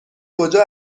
کجا